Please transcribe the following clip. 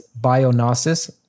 BioNosis